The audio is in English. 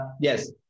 yes